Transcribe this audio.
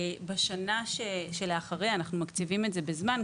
בשנה שלאחריה אנחנו מקציבים את זה בזמן.